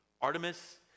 Artemis